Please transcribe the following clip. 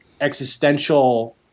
existential